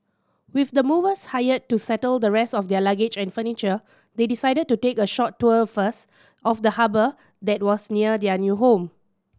with the movers hired to settle the rest of their luggage and furniture they decided to take a short tour first of the harbour that was near their new home